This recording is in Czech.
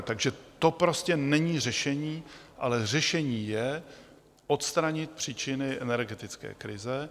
Takže to prostě není řešení, ale řešení je odstranit příčiny energetické krize.